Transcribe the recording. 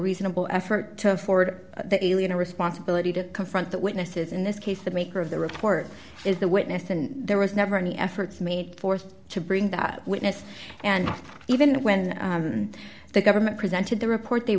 reasonable effort to forward the alien responsibility to confront the witnesses in this case the maker of the report is the witness and there was never any efforts made forth to bring that witness and even when the government presented the report they